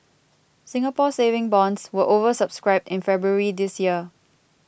Singapore Saving Bonds were over subscribed in February this year